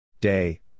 Day